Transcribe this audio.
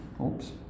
Oops